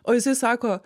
o jisai sako